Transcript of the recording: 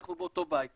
אנחנו באותו בית,